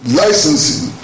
licensing